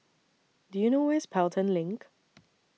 Do YOU know Where IS Pelton LINK